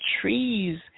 trees